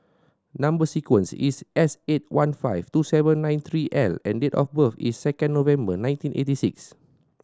number sequence is S eight one five two seven nine three L and date of birth is second November nineteen eighty six